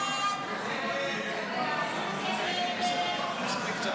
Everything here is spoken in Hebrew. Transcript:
ההצעה להעביר את הצעת חוק התקשורת (בזק ושידורים) (תיקון,